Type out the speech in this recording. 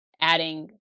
adding